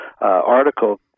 article